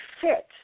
fit